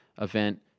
event